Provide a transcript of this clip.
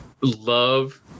love